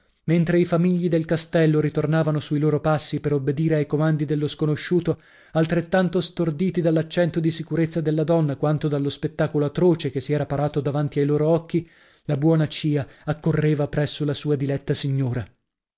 mentre i famigli del castello ritornavano sui loro passi per obbedire ai comandi dello sconosciuto altrettanto storditi dall'accento di sicurezza della donna quanto dallo spettacolo atroce che si era parato davanti ai loro occhi la buona cia accorreva presso la sua diletta signora